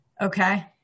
Okay